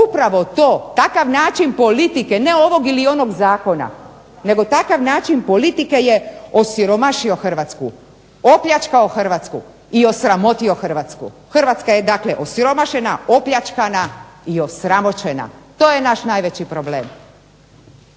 upravo to, takav način politike ne ovog ili onog zakona, nego takav način politike je osiromašio Hrvatsku, opljačkao Hrvatsku i osramotio Hrvatsku. Hrvatska je dakle osiromašena, opljačkana i osramoćena. To je naš najveći problem.